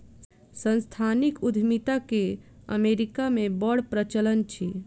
सांस्थानिक उद्यमिता के अमेरिका मे बड़ प्रचलन अछि